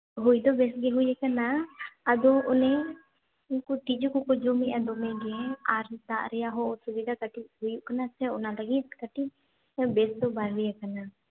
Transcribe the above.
ᱦᱩᱭ ᱫᱚ ᱵᱮᱥᱜᱮ ᱦᱩᱭᱟᱠᱟᱱᱟ ᱟᱫᱚ ᱚᱱᱮ ᱩᱱᱠᱩ ᱛᱤᱡᱩ ᱠᱚᱠᱚ ᱡᱚᱢᱮᱜᱼᱟ ᱫᱚᱢᱮᱜᱮ ᱟᱨ ᱫᱟᱜ ᱨᱮᱭᱟᱜ ᱦᱚᱸ ᱚᱥᱩᱵᱤᱫᱷᱟ ᱠᱟᱹᱴᱤᱡ ᱦᱩᱭᱩᱜ ᱠᱟᱱᱟ ᱥᱮ ᱚᱱᱟ ᱞᱟᱹᱜᱤᱫ ᱠᱟᱹᱴᱤᱡ ᱵᱮᱥ ᱫᱚ ᱵᱟᱭ ᱦᱩᱭᱟᱠᱟᱱᱟ